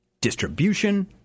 distribution